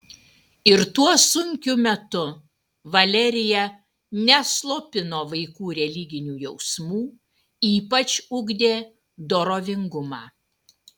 ir tuo sunkiu metu valerija neslopino vaikų religinių jausmų ypač ugdė dorovingumą